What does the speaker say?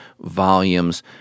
volumes